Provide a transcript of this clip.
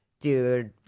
dude